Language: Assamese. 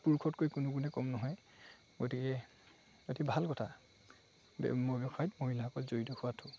পুৰুষতকৈ কোনো গুণে কম নহয় গতিকে অতি ভাল কথা ব্যৱসায়ত মহিলাসকল জড়িত হোৱাতো